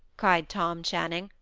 cried tom channing,